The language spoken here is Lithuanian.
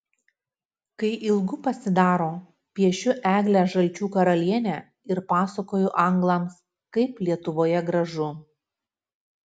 kai ilgu pasidaro piešiu eglę žalčių karalienę ir pasakoju anglams kaip lietuvoje gražu